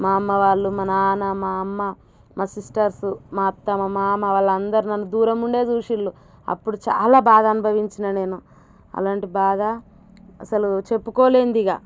మా అమ్మ వాళ్ళు మా నాన్న మా అమ్మ మా సిస్టర్సు మా అత్త మా మామ వాళ్ళందరూ నన్ను దూరం నుండే చూసారు అప్పుడు చాలా బాధ అనుభవించినా నేను అలాంటి బాధ అసలు చెప్పుకోలేనిదిగా